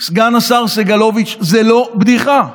סגן השר סגלוביץ', זו לא בדיחה.